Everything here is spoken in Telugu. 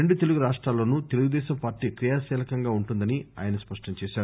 రెండు తెలుగు రాష్టాల్లోను తెలుగు దేశం పార్టీ క్రియాశీలకంగా ఉంటుందని ఆయన స్పష్టం చేశారు